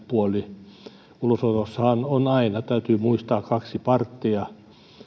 puoli ulosotossahan on on aina täytyy muistaa kaksi parttia